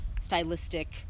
stylistic